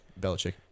Belichick